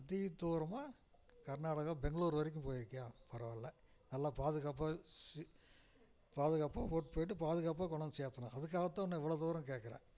அதிக தூரமாக கர்நாடகா பெங்களூர் வரைக்கும் போய்ருக்கியா பரவாயில்ல நல்லா பாதுகாப்பாக ஸ்ஸு பாதுகாப்பாக கூட்டு போய்விட்டு பாதுகாப்பாக கொண்டாந்து சேத்துடணும் அதுக்காக தான் உன்னை இவ்வளோ தூரம் கேக்கிறேன்